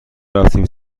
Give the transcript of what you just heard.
رفتیم